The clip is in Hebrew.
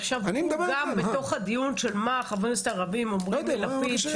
עכשיו הוא גם בתוך הדיון של מה חברי הכנסת הערבים אומרים ללפיד,